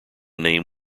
name